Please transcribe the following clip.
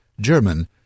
German